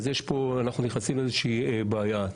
אנחנו נכנסים לאיזושהי בעיה.